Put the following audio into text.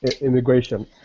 Immigration